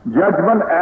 judgment